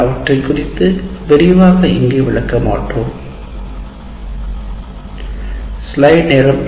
நாங்கள் அவற்றைக் குறித்து முழுமையாக இங்கு விளக்க மாட்டோம்